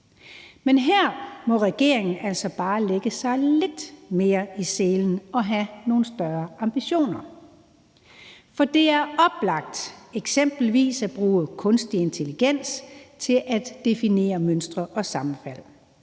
Men her må regeringen altså bare lægge sig lidt mere i selen og have nogle større ambitioner. For det er oplagt at bruge eksempelvis kunstig intelligens til at definere mønstre og sammenfald.